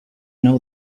know